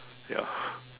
ya